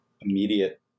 immediate